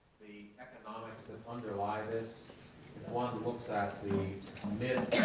the economics that underlie this. if one looks at the mid